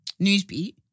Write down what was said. Newsbeat